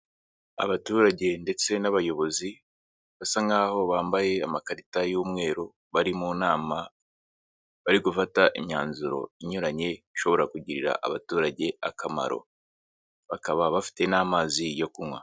Abaturage ndetse n'abayobozi basa nkaho bambaye amakarita y'umweru bari mu nama, bari gufata imyanzuro inyuranye ishobora kugirira abaturage akamaro, bakaba bafite n'amazi yo kunywa.